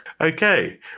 Okay